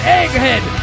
Egghead